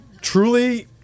truly